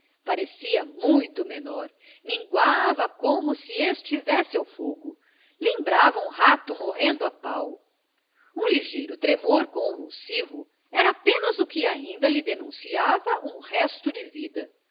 parecia muito menor minguava como se estivesse ao fogo lembrava um rato morrendo a pau um ligeiro tremor convulsivo era apenas o que ainda lhe denunciava um resto de vida